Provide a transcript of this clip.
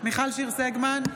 מיכל שיר סגמן,